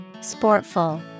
Sportful